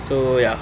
so ya